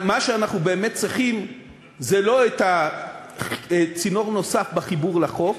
מה שאנחנו באמת צריכים זה לא צינור נוסף בחיבור לחוף,